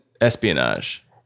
espionage